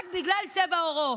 רק בגלל צבע עורו.